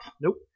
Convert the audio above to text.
nope